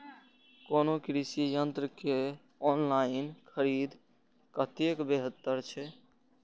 कोनो कृषि यंत्र के ऑनलाइन खरीद कतेक बेहतर छै?